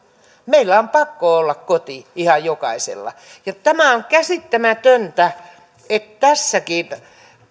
meillä on pakko olla koti ihan jokaisella on käsittämätöntä että tässäkään